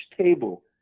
table